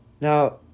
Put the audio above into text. Now